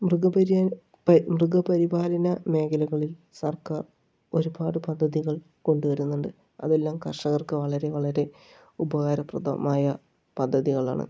മൃഗപരി മൃഗപരിപാലന മേഖലകളിൽ സർക്കാർ ഒരുപാട് പദ്ധതികൾ കൊണ്ടുവരുന്നുണ്ട് അതെല്ലാം കർഷകർക്ക് വളരെ വളരെ ഉപകാരപ്രദമായ പദ്ധതികളാണ്